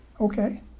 okay